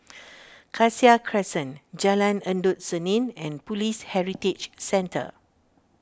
Cassia Crescent Jalan Endut Senin and Police Heritage Centre